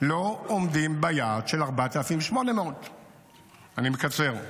לא עומדים ביעד של 4,800. אני מקצר,